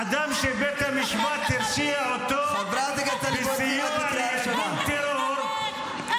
-- אדם שהורשע ביותר מ-13 הרשעות בבתי המשפט